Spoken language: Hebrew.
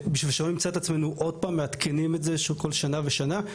בשביל שלא נמצא את עצמנו עוד פעם מעדכנים את זה כל שנה ושנה.